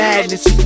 Madness